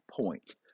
point